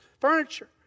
furniture